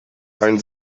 ein